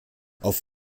auf